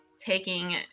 taking